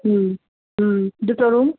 হুম হুম দুটো রুম